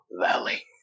valley